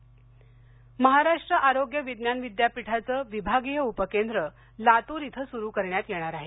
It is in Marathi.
आरोग्य विज्ञान महाराष्ट्र आरोग्य विज्ञान विद्यापीठाचं विभागीय उपकेंद्र लातूर इथं सुरू करण्यात येणार आहे